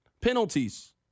Penalties